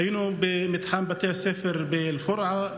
היינו במתחם בתי הספר באל-פורעה,